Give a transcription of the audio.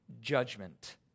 judgment